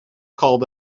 called